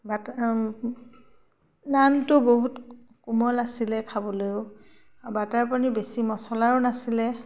butter নানটো বহুত কোমল আছিলে খাবলৈও বাটাৰ পনীৰ বেছি মছলাও নাছিলে